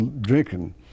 drinking